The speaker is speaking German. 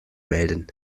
melden